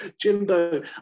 jimbo